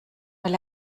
weil